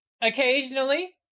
occasionally